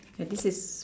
ya this is